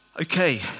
Okay